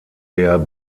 der